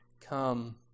come